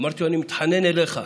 אמרתי לו: אני מתחנן אליך,